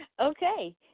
Okay